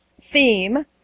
theme